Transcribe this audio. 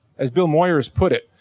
as bill moyers put it,